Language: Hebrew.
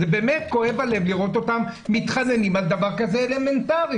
באמת כואב הלב לראות אותם מתחננים על דבר כזה אלמנטרי.